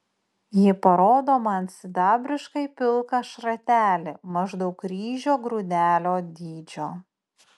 ji parodo man sidabriškai pilką šratelį maždaug ryžio grūdelio dydžio